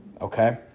okay